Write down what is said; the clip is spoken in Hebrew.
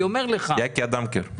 יקי אדמקר.